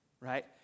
right